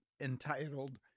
entitled